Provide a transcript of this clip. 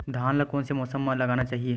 धान ल कोन से मौसम म लगाना चहिए?